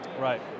Right